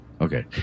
Okay